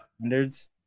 standards